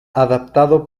adaptado